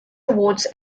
awards